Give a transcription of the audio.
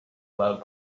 about